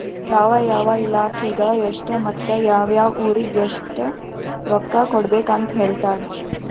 ಯಾವ ಯಾವ ಇಲಾಖೆಗ ಎಷ್ಟ ಮತ್ತ ಯಾವ್ ಯಾವ್ ಊರಿಗ್ ಎಷ್ಟ ರೊಕ್ಕಾ ಕೊಡ್ಬೇಕ್ ಅಂತ್ ಹೇಳ್ತಾರ್